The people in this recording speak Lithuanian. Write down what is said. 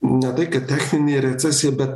ne tai kad techninė recesija bet